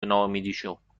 ناامیدیشونو، امافک